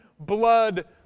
blood